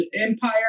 empire